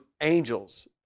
angels